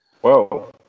Whoa